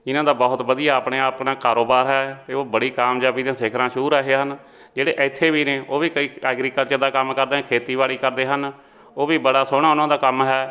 ਜਿਨ੍ਹਾਂ ਦਾ ਬਹੁਤ ਵਧੀਆ ਆਪਣੇ ਆਪਣਾ ਕਾਰੋਬਾਰ ਹੈ ਅਤੇ ਉਹ ਬੜੀ ਕਾਮਯਾਬੀ ਦੇ ਸਿਖਰਾਂ ਛੂਹ ਰਹੇ ਹਨ ਜਿਹੜੇ ਇੱਥੇ ਵੀ ਨੇ ਉਹ ਵੀ ਕਈ ਐਗਰੀਕਲਚਰ ਦਾ ਕੰਮ ਕਰਦੇ ਖੇਤੀਬਾੜੀ ਕਰਦੇ ਹਨ ਉਹ ਵੀ ਬੜਾ ਸੋਹਣਾ ਉਹਨਾਂ ਦਾ ਕੰਮ ਹੈ